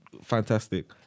fantastic